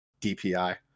Dpi